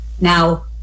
Now